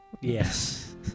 Yes